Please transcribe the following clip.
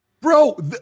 Bro